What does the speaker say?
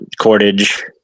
cordage